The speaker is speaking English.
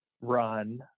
run